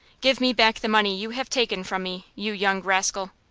give me back the money you have taken from me, you young rascal!